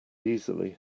easily